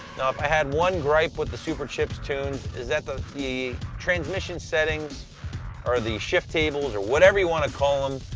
i had one gripe with the superchips tune, it's that the the transmission settings or the shift tables, or whatever you want to call them,